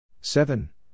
seven